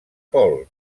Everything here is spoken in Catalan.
pol